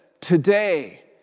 Today